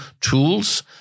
tools